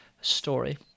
story